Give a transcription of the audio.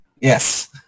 Yes